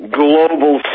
global